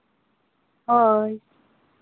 ᱦᱳᱭ